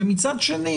ומצד שני,